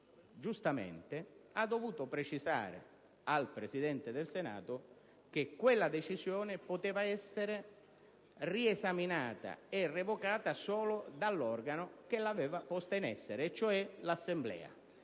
giustamente, ha dovuto precisare al Presidente del Senato che quella decisione poteva essere riesaminata e revocata solo dall'organo che l'aveva posta in essere, e cioè l'Assemblea,